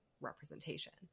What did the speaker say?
representation